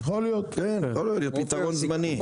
כפתרון זמני.